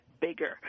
bigger